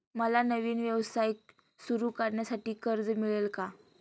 मला नवीन व्यवसाय सुरू करण्यासाठी कर्ज मिळेल का?